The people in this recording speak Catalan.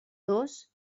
dos